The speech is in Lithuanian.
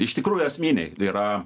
iš tikrųjų esminiai yra